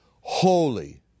holy